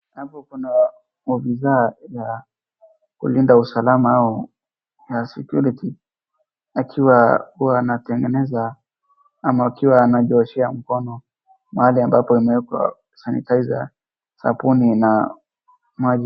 Hapa kuna afisa ya kulinda usalama au ya security akiwa ako anatengeneza ama akiwa anajioshea mkono mahali ambapo imewekwa sanitizer , sabuni na maji.